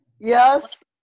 Yes